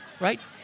right